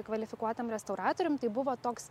kvalifikuotiem restauratoriam tai buvo toks